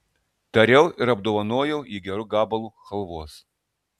tariau ir apdovanojau jį geru gabalu chalvos